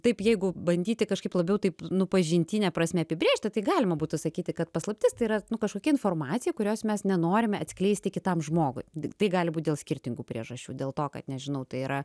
taip jeigu bandyti kažkaip labiau taip nu pažintine prasme apibrėžti tai galima būtų sakyti kad paslaptis tai yra nu kažkokia informacija kurios mes nenorime atskleisti kitam žmogui tai gali būti dėl skirtingų priežasčių dėl to kad nežinau tai yra